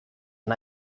and